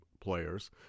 Players